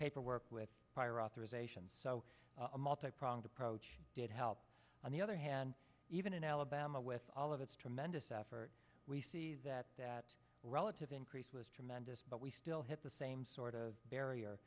paperwork with prior authorization so a multi pronged approach did help on the other hand even in alabama with all of its tremendous effort we see that that relative increase was tremendous but we still hit the same sort of barrier